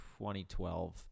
2012